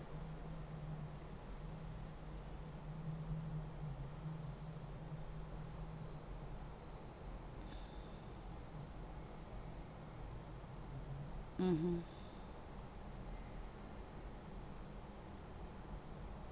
mmhmm